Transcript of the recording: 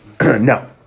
no